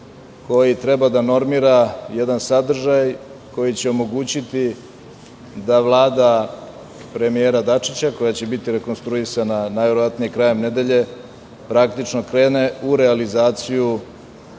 koji treba da normira jedan sadržaj koji će omogućiti da Vlada premijera Dačića, koja će biti rekonstruisana najverovatnije krajem nedelje, praktično krene u realizaciju